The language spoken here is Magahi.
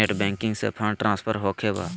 नेट बैंकिंग से फंड ट्रांसफर होखें बा?